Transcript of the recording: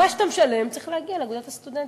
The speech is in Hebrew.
מה שאתה משלם צריך להגיע לאגודת הסטודנטים,